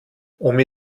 omi